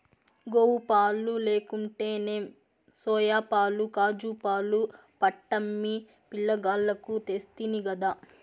గోవుపాలు లేకుంటేనేం సోయాపాలు కాజూపాలు పట్టమ్మి పిలగాల్లకు తెస్తినిగదా